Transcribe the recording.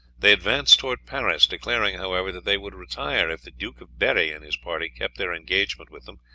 they advanced towards paris, declaring, however, that they would retire if the duke of berri and his party kept their engagement with them,